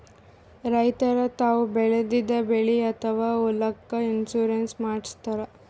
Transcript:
ರೈತರ್ ತಾವ್ ಬೆಳೆದಿದ್ದ ಬೆಳಿ ಅಥವಾ ಹೊಲಕ್ಕ್ ಇನ್ಶೂರೆನ್ಸ್ ಮಾಡಸ್ತಾರ್